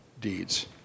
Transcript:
deeds